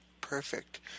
Perfect